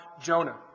Jonah